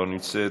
אינה נוכחת,